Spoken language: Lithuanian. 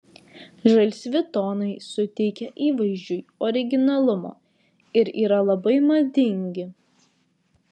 žalsvi tonai suteikia įvaizdžiui originalumo ir yra labai madingi